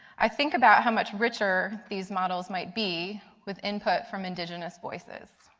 i think about how much richer these models might be, with input from indigenous voices.